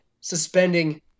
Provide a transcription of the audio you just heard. suspending